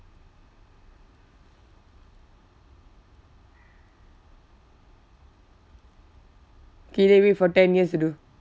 K then wait for ten years to do